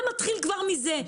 זה מתחיל כבר מזה.